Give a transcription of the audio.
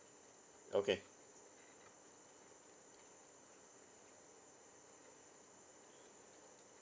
okay